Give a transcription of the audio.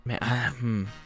Man